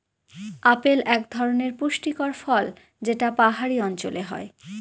apple এক ধরনের পুষ্টিকর ফল যেটা পাহাড়ি অঞ্চলে হয়